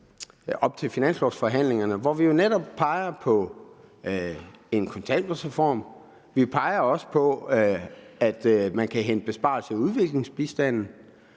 op til finanslovforhandlingerne, at vi jo netop peger på en kontanthjælpsreform, og vi peger også på, at man kan hente besparelser i udviklingsbistanden